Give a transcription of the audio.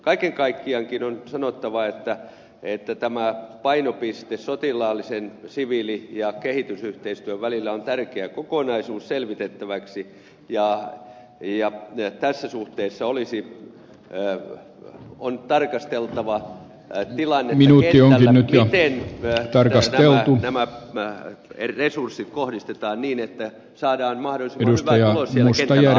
kaiken kaikkiaankin on sanottava että tämä painopiste sotilaallisen siviili ja kehitysyhteistyön välillä on tärkeä kokonaisuus selvitettäväksi ja tässä suhteessa on tarkasteltava tai tilaa minulle jo nyt ei vielä tilannetta kentällä miten nämä resurssit kohdistetaan niin että saadaan mahdollisimman hyvä tulos siellä kentällä aikaiseksi